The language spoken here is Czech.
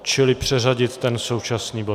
Čili přeřadit ten současný bod.